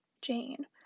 Jane